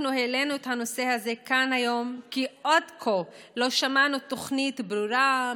אנחנו העלינו את הנושא הזה כאן היום כי עד כה לא שמענו תוכנית ברורה,